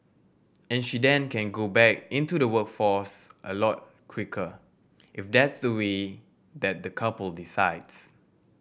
and she then can go back into the workforce a lot quicker if that's the way that the couple decides